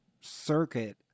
circuit